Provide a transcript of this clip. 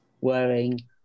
wearing